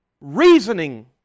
reasoning